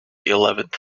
eleventh